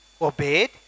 obeyed